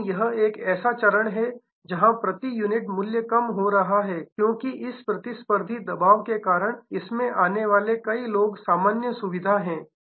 लेकिन यह एक ऐसा चरण है जहां प्रति यूनिट मूल्य कम हो रहा है क्योंकि इस प्रतिस्पर्धी दबाव के कारण इसमें आने वाले कई लोग सामान्य सुविधा है